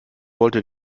wollte